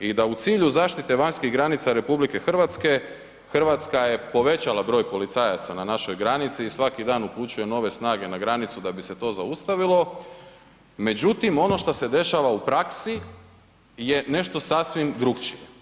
I da u cilju zaštite vanjskih granica RH, Hrvatska je povećala broj policajaca na našoj granici i svaki dan upućuje nove snage na granicu da bi se to zaustavilo, međutim, ono što se dešava u praksi je nešto sasvim drukčije.